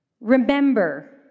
Remember